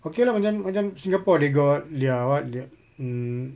okay lah macam macam singapore they got their what their mm